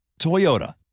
Toyota